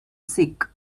sick